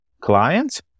clients